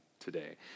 today